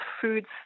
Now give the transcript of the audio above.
Foods